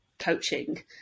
coaching